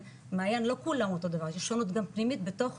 מעיין לא כולם אותו דבר יש לי שונות גם פנימית בתוך